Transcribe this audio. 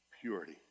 purity